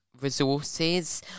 resources